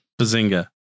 Bazinga